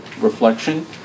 reflection